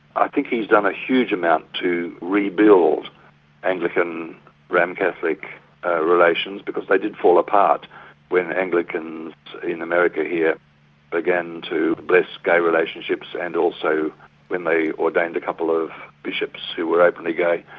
i think he's done a huge amount to rebuild anglican-roman catholic relations because they did fall apart when anglicans in america here began to bless gay relationships and also when they ordained a couple of bishops who were openly gay.